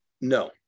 No